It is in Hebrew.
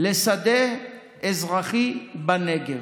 לשדה אזרחי בנגב.